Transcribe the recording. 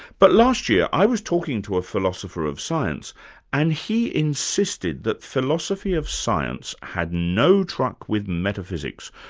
but last year i was talking to a philosopher of science and he insisted that philosophy of science had no truck with metaphysics.